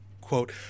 quote